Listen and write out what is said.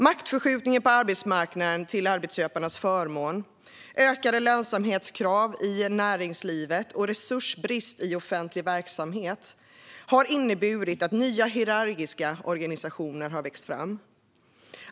Maktförskjutningen på arbetsmarknaden till arbetsköparnas förmån, ökade lönsamhetskrav i näringslivet och resursbrist i offentlig verksamhet har inneburit att nya hierarkiska organisationer vuxit fram.